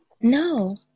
no